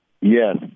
Yes